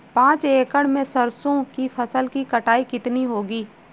पांच एकड़ में सरसों की फसल की कटाई कितनी होगी?